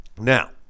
Now